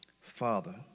Father